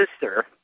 sister